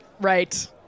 Right